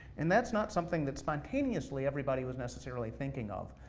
and that's not something that spontaneously everybody was necessarily thinking of.